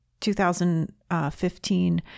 2015